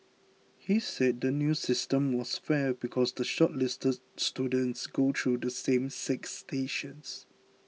he said the new system was fair because the shortlisted students go through the same six stations